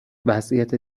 وضعیت